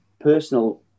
personal